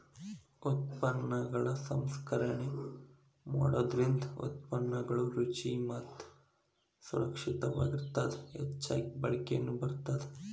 ಉತ್ಪನ್ನಗಳ ಸಂಸ್ಕರಣೆ ಮಾಡೋದರಿಂದ ಉತ್ಪನ್ನಗಳು ರುಚಿ ಮತ್ತ ಸುರಕ್ಷಿತವಾಗಿರತ್ತದ ಹೆಚ್ಚಗಿ ಬಾಳಿಕೆನು ಬರತ್ತದ